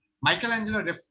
Michelangelo